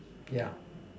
yeah